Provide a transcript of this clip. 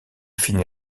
finit